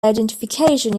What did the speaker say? identification